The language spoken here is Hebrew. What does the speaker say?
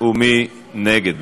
ומי נגד?